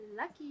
lucky